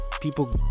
People